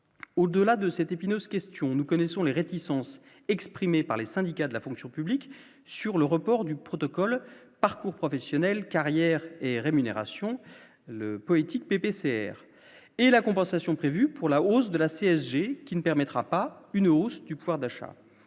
au-delà de cette épineuse question, nous connaissons les réticences exprimées par les syndicats de la fonction publique sur le report du protocole parcours professionnel carrières et rémunérations le politique PPCR et la compensation prévue pour la hausse de la CSG qui ne permettra pas une hausse du pouvoir d'achat,